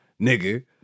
nigga